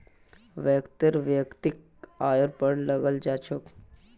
व्यक्तिर वैयक्तिक आइर पर कर लगाल जा छेक